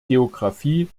geographie